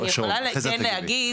אני יכולה כן להגיד,